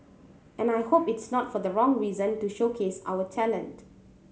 and I hope it is not for the wrong reason to showcase our talent